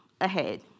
ahead